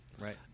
Right